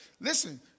Listen